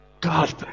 God